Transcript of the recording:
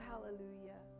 hallelujah